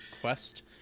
Quest